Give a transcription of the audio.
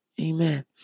Amen